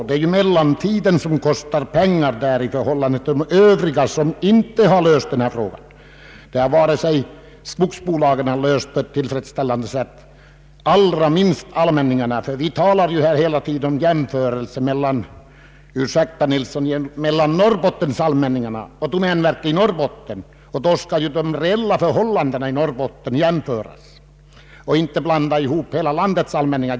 Det är ju pensionen för tiden mellan 60 och 67 år som kostar extra pengar, medan ju pensionsfrågan för övriga skogsarbetare inte lösts på tillfredsställande sätt. Den har inte lösts av skogsbolagen och allra minst av allmänningarna. Vi talar här hela tiden om en jämförelse mellan allmänningarna — ursäkta, herr Nilsson, Norrbottensallmänningarna — och domänverket i Norrbotten. Då skall man jämföra de reella förhållandena i Norrbotten och inte blanda in hela landets allmänningar.